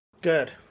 Good